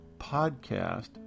podcast